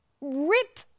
rip